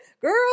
girl